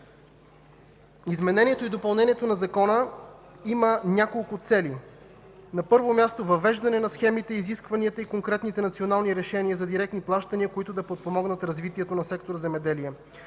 Изменението и допълнението на закона има няколко цели. На първо място – въвеждане на схемите, изискванията и конкретните национални решения за директни плащания, които да подпомогнат развитието на сектор „Земеделие”.